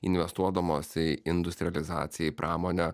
investuodamos į industrializaciją į pramonę